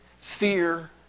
fear